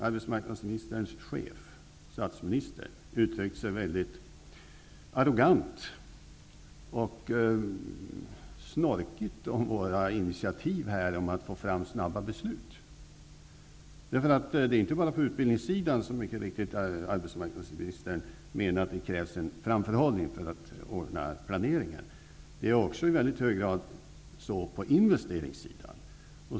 Arbetsmarknadsministerns chef, statsministern, har ju annars uttryckt sig mycket arrogant och snorkigt om våra initiativ för att få fram snara beslut. Det är inte bara på utbildningssidan, som arbetsmarknadsministern mycket riktigt påpekar, som det krävs en framförhållning för att ordna planeringen. Det behövs också i mycket hög grad på investeringssidan.